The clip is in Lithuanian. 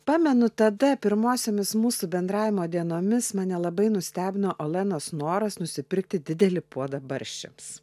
pamenu tada pirmosiomis mūsų bendravimo dienomis mane labai nustebino olenos noras nusipirkti didelį puodą barščiams